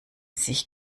sich